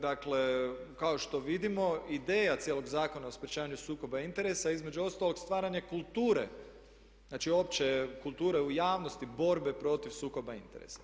Dakle, kao što vidimo ideja cijelog Zakona o sprječavanju sukoba interesa između ostalog stvara nekulture, znači uopće kulture u javnosti borbe protiv sukoba interesa.